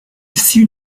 issu